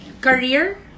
Career